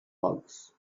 bugs